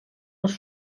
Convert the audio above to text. les